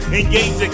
Engaging